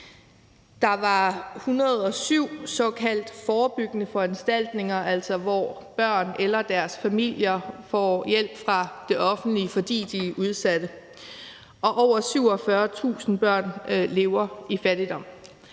Der var 107 såkaldt forebyggende foranstaltninger, altså hvor børn eller deres familier får hjælp fra det offentlige, fordi de er udsatte. Over 47.000 børn lever i fattigdom.